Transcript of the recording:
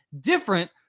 different